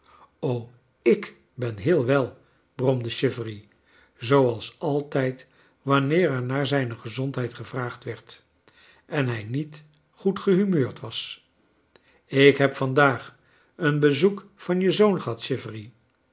ik ben heel wel bromde chivery zooals altijd wanneer er naar zijne gezondheid gevraagd werd en hij niet goed gehumeurd was ik heb vandaag een bezoek van je zoon